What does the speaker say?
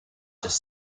just